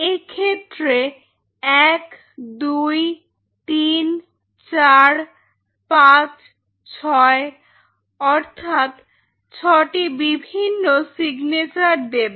এক্ষেত্রে 1 2 3 4 5 6 অর্থাৎ ছটি বিভিন্ন সিগনেচার দেবে